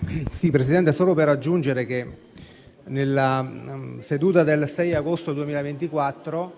Presidente, desidero solo aggiungere che, nella seduta del 6 agosto 2024,